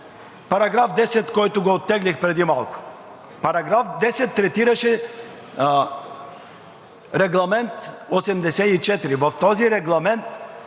Както и § 10, който го оттеглих преди малко. Параграф 10 третираше Регламент 84 – в този регламент